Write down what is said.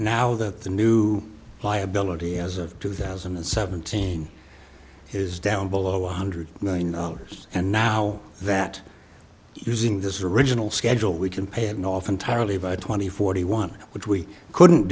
now that the new liability as of two thousand and seventeen is down below one hundred million dollars and now that using this original schedule we can have an off entirely by twenty forty one which we couldn't